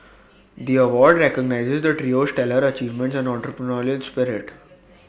the award recognises the trio's stellar achievements and entrepreneurial spirit